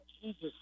Jesus